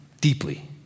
deeply